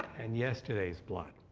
and yesterday's blood.